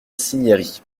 cinieri